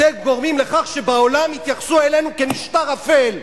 אתם גורמים לכך שבעולם יתייחסו אלינו כאל משטר אפל,